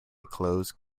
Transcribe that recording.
close